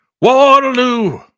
Waterloo